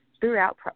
throughout